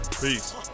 Peace